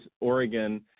Oregon